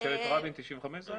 --- ממשלת רבין הייתה ב-95'?